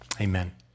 Amen